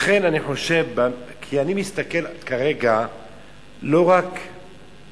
אני מסתכל כרגע לא רק על